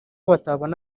batabona